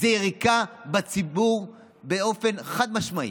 זו יריקה בציבור באופן חד-משמעי.